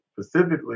specifically